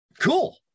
Cool